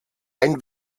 ein